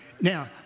Now